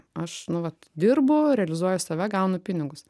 aš nu vat dirbu realizuoju save gaunu pinigus